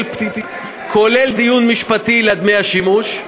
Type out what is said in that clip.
כולל דיון משפטי לדמי השימוש.